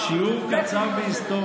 שיעור קצר בהיסטוריה,